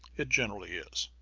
it generally is.